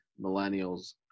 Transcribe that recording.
millennials